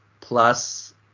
plus